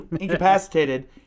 incapacitated